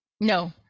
No